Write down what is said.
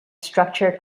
structured